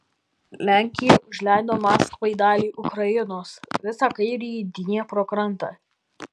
lenkija užleido maskvai dalį ukrainos visą kairįjį dniepro krantą